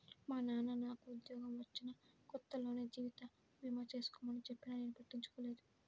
మా నాన్న నాకు ఉద్యోగం వచ్చిన కొత్తలోనే జీవిత భీమా చేసుకోమని చెప్పినా నేను పట్టించుకోలేదు